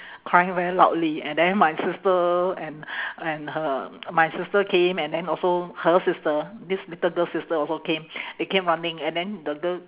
crying very loudly and then my sister and and her my sister came and then also her sister this little girl's sister also came they came running and then the girl